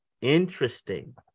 Interesting